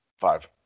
Five